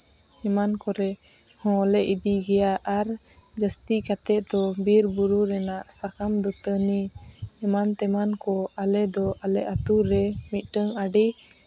ᱮᱢᱟᱱ ᱠᱚᱨᱮ ᱦᱚᱸᱞᱮ ᱤᱫᱤ ᱜᱮᱭᱟ ᱟᱨ ᱡᱟᱹᱥᱛᱤ ᱠᱟᱛᱮ ᱫᱚ ᱵᱤᱨᱼᱵᱩᱨᱩ ᱨᱮᱱᱟᱜ ᱥᱟᱠᱟᱢ ᱫᱟᱹᱛᱟᱹᱱᱤ ᱮᱢᱟᱱᱼᱛᱮᱢᱟᱱ ᱠᱚ ᱟᱞᱮ ᱫᱚ ᱟᱞᱮ ᱟᱛᱳ ᱨᱮ ᱢᱤᱫᱴᱟᱹᱝ ᱟᱹᱰᱤ